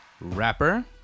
rapper